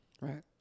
Right